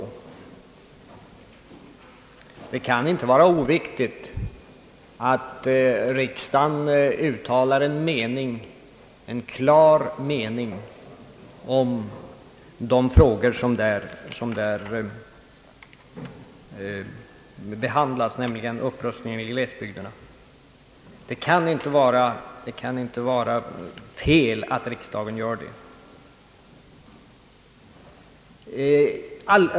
Det kan inte vara något fel att riksdagen uttalar en klar mening om de frågor som behandlas i denna reservation, nämligen upprustningen i glesbygderna.